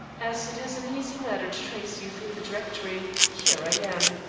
as it is an easy matter to trace you through the directory, here i am.